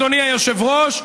אדוני היושב-ראש,